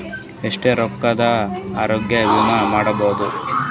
ಎಷ್ಟ ರೊಕ್ಕದ ಆರೋಗ್ಯ ವಿಮಾ ಮಾಡಬಹುದು?